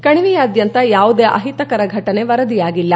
ಕಣಿವೆಯಾದ್ಯಂತ ಯಾವುದೇ ಅಹಿತಕರ ಫೆಟನೆ ವರದಿಯಾಗಿಲ್ಲ